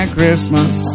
Christmas